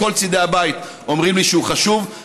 כל צידי הבית אומרים לי שהוא חשוב,